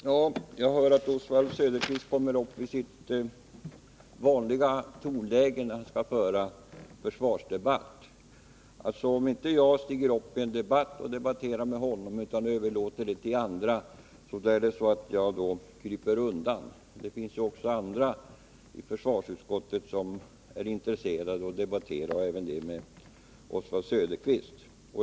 Herr talman! Jag hör att Oswald Söderqvist kommer upp i sitt vanliga tonläge när han skall föra försvarsdebatt. Om inte jag stiger upp i en debatt och diskuterar med honom utan överlåter det till andra, då kryper jag undan. Men det finns också andra i försvarsutskottet som är intresserade av att debattera, även med Oswald Söderqvist.